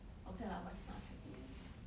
okay lah but he's not attractive